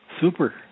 Super